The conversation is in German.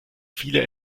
viele